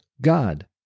God